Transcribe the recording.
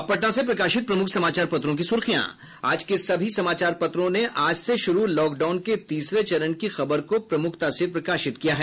अब पटना से प्रकाशित प्रमुख समाचार पत्रों की सुर्खियां आज के सभी समाचार पत्रों ने आज से शुरू लॉकडाउन की तीसरे चरण के खबर को प्रमुखता से प्रकाशित किया है